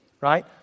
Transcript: right